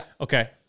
Okay